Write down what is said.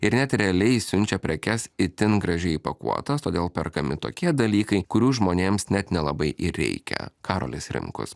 ir net realiai siunčia prekes itin gražiai įpakuotas todėl perkami tokie dalykai kurių žmonėms net nelabai ir reikia karolis rimkus